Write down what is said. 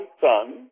son